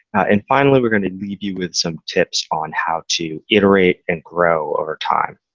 and finally, we're going to leave you with some tips on how to iterate and grow over time.